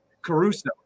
Caruso